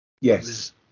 Yes